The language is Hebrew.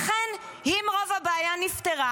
לכן אם רוב הבעיה נפתרה,